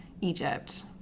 egypt